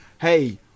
hey